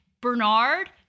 Bernard